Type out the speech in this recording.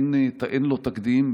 אין לו תקדים,